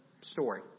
story